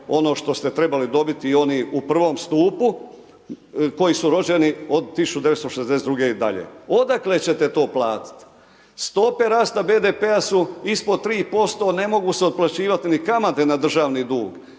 ono što ste trebali dobiti i oni u prvom stupu koji su rođeni od 1962. i dalje. Odakle ćete to platit? Stope rasta BDP-a su ispod 3%, ne mogu se otplaćivat ni kamate na državni dug.